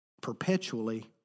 perpetually